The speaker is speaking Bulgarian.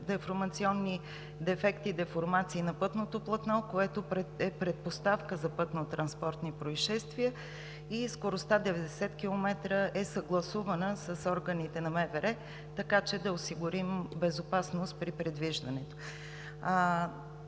деформационни дефекти и деформации на пътното платно, което е предпоставка за пътнотранспортни произшествия. Скоростта 90 км е съгласувана с органите на МВР, така че да осигурим безопасност при придвижването.